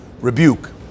rebuke